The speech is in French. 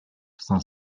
cinq